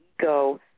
ego